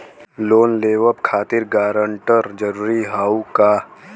Loan लेवब खातिर guarantor जरूरी हाउ का?